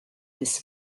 this